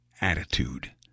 attitude